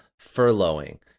furloughing